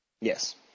Yes